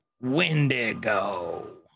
Wendigo